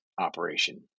operation